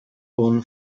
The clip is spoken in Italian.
one